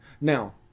Now